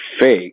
fake